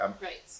right